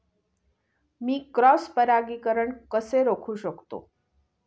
मी cross परागीकरण कसे रोखू शकतो?